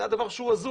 זה היה דבר הזוי,